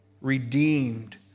Redeemed